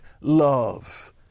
love